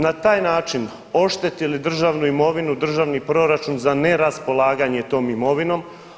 Na taj način oštetili državnu imovinu, državni proračun za neraspolaganje tom imovinom.